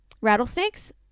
rattlesnakes